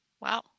Wow